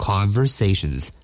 Conversations